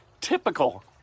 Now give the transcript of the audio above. Typical